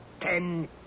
ten